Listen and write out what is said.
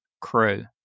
crew